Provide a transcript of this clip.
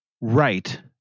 Right